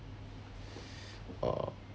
uh